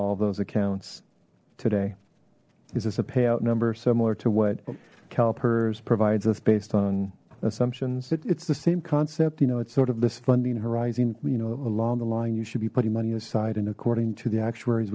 all those accounts today is this a payout number similar to what calpers provides us based on assumptions it's the same concept you know it's sort of this funding horizon you know along the line you should be putting money aside and according to the actua